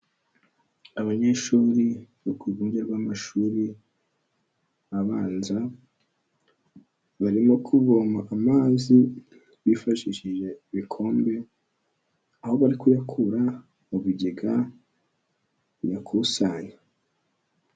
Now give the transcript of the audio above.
Abanyeshuri bo ku rwunge rw'amashuri abanza, barimo kuvoma amazi bifashishije ibikombe, aho bari kuyakura mu bigega biyakusanya.